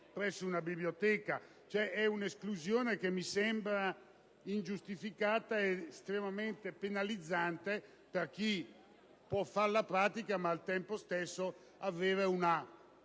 È un'esclusione che mi sembra ingiustificata e estremamente penalizzante per chi può far pratica ma, al tempo stesso, avere un